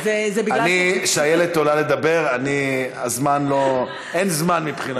כשאיילת עולה לדבר, הזמן לא, אין זמן מבחינתי.